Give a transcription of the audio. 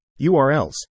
urls